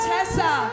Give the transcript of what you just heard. Tessa